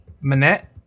Manette